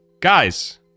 guys